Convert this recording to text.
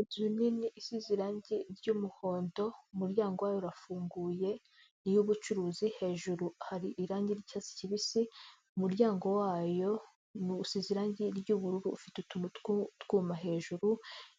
Inzu nini isize irangi ry'umuhondo, umuryango wayo urafunguye, ni iy'ubucuruzi, hejuru hari irangi ry'icyatsi kibisi, umuryango wayo usize irangi ry'ubururu, ufite utuntu tw'utwuma hejuru,